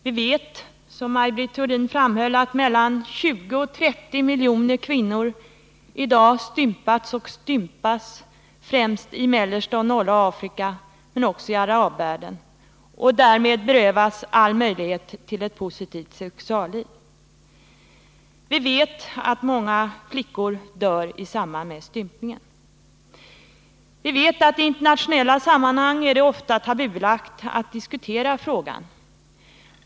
Vi vet — som Maj Britt Theorin framhöll — att mellan 20 och 30 miljoner kvinnor stympats och stympas främst i mellersta och norra Afrika men också i arabvärlden och därmed berövas all möjlighet till ett positivt sexualliv. Vi vet att många flickor dör i samband med stympningen. I internationella sammanhang är det ofta tabubelagt att diskutera frågan.